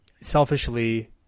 selfishly